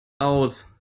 aus